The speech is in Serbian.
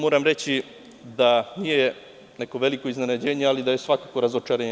Moram reći da nije neko veliko iznenađenje, ali da je svakako razočarenje.